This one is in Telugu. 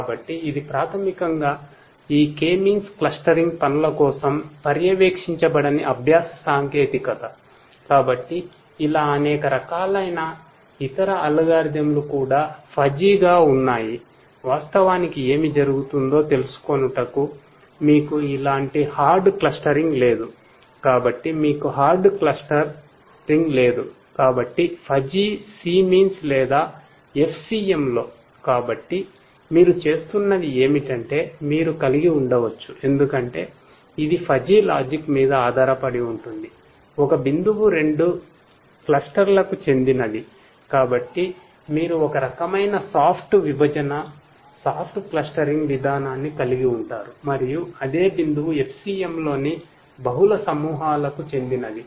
కాబట్టి ఇధి ప్రాథమికంగా ఈ K మీన్స్ విధానాన్ని కలిగి ఉంటారు మరియు అదే బిందువు FCM లోని బహుళ సమూహాలకు చెందినది